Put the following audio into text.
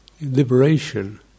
liberation